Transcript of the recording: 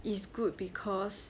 it's good because